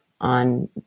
on